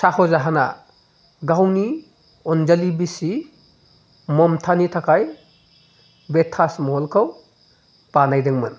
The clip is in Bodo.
साहजाहाना गावनि अनजालि बिसि ममतानि थाखाय बे ताजमहलखौ बानायदोंमोन